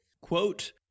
Quote